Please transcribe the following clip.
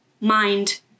mind